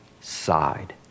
side